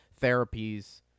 therapies